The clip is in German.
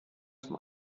zum